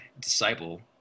disciple